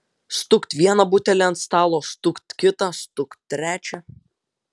stukt vieną butelį ant stalo stukt kitą stukt trečią